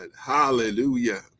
hallelujah